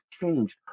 changed